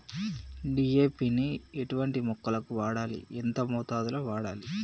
DAP ని ఎటువంటి మొక్కలకు వాడాలి? ఎంత మోతాదులో వాడాలి?